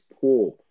poor